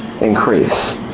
increase